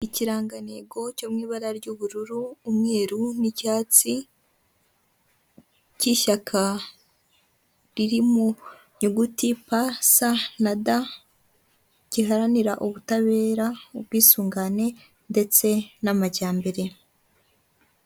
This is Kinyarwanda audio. Ikirangantego cyo mu ibara ry'ubururu, umweru, n'icyatsi, cy'ishyaka riri mu nyuguti: pa, sa, na da, giharanira ubutabera, ubwisungane, ndetse n'amajyambere.